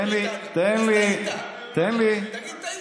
אז טעית, תגיד: טעיתי.